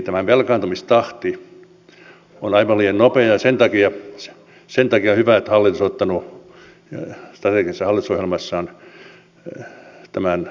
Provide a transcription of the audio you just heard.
tämä velkaantumistahti on aivan liian nopea ja sen takia on hyvä että hallitus on ottanut strategisessa hallitusohjelmassaan tämän ongelman tosissaan